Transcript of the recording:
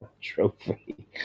Trophy